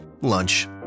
Lunch